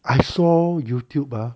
I saw YouTube ah